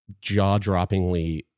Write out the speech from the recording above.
jaw-droppingly